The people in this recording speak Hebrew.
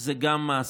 זה גם מעשים.